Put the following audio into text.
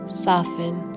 soften